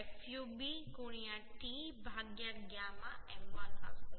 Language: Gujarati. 9 fu b t γ m1 હશે